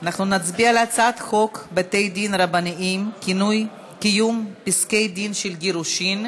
אנחנו נצביע על הצעת חוק בתי-דין רבניים (קיום פסקי-דין של גירושין)